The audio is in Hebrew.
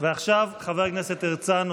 עכשיו חבר הכנסת הרצנו.